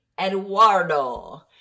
Eduardo